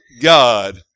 God